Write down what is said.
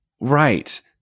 right